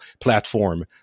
platform